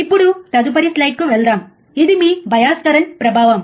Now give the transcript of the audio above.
ఇప్పుడు తదుపరి స్లైడ్కు వెళ్దాం ఇది మీ బయాస్ కరెంట్ ప్రభావం